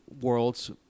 worlds